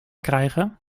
krijgen